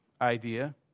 idea